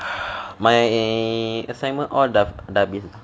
my assignment all dah dah habis dah